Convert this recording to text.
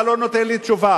אתה לא נותן לי תשובה,